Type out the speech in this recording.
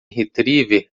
retriever